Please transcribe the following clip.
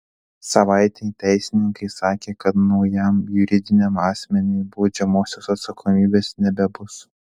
savaitei teisininkai sakė kad naujam juridiniam asmeniui baudžiamosios atsakomybės nebebus